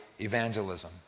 evangelism